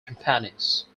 companies